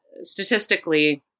statistically